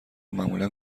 معمولا